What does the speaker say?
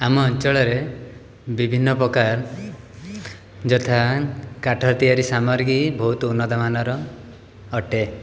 ଆମ ଅଞ୍ଚଳରେ ବିଭିନ୍ନ ପ୍ରକାର ଯଥା କାଠ ତିଆରି ସାମଗ୍ରୀ ବହୁତ ଉନ୍ନତମାନର ଅଟେ